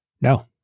No